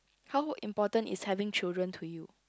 how important is having children to you